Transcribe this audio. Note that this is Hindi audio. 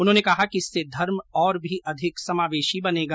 उन्होंने कहा कि इससे धर्म और भी अधिक समावेशी बनेगा